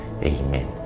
Amen